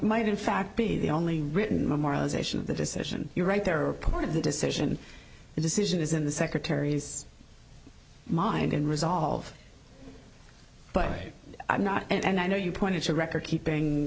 might in fact be the only written memorialization of the decision you're right there are part of the decision the decision is in the secretary's mind and resolve but i i'm not and i know you pointed to record keeping